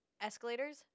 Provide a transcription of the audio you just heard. Escalators